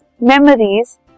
memories